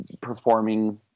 performing –